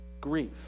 grief